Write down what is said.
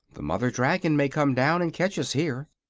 the mother dragon may come down and catch us here.